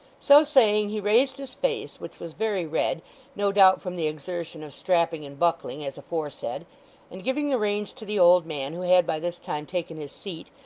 so saying, he raised his face, which was very red no doubt from the exertion of strapping and buckling as aforesaid and giving the reins to the old man, who had by this time taken his seat,